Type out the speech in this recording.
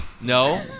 no